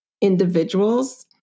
individuals